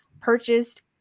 purchased